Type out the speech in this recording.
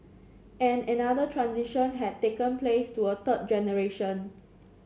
and another transition had taken place to a third generation